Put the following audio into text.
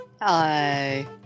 Hi